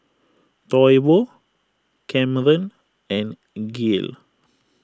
Toivo Camren and Gael